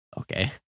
Okay